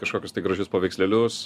kažkokius tai gražius paveikslėlius